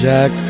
Jack